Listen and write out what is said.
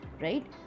right